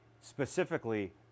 specifically